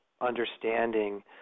understanding